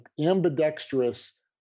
ambidextrous